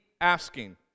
asking